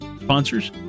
sponsors